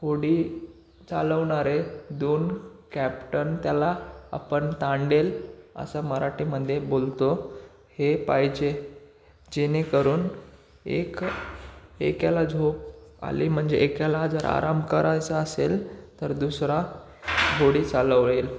होडी चालवणारे दोन कॅप्टन त्याला आपण तांडेल असं मराठीमध्ये बोलतो हे पाहिजे जेणेकरून एक एकाला झोप आली म्हणजे एकाला जर आराम करायचा असेल तर दुसरा होडी चालवेल